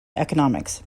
economics